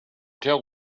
tell